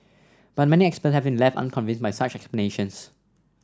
but many experts have been left unconvinced by such explanations